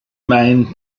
main